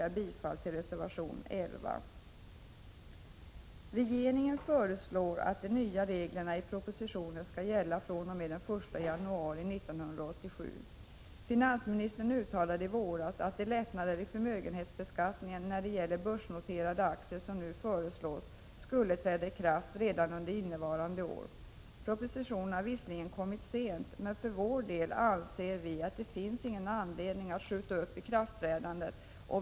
Jag yrkar här bifall till reservation 11. Finansministern uttalade i våras att de lättnader i förmögenhetsbeskattningen när det gäller börsnoterade aktier som nu föreslås skulle träda i kraft redan under innevarande år. Propositionen har visserligen kommit sent, men för vår del anser vi att det inte finns någon anledning att skjuta upp ikraftträdandet.